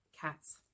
Cats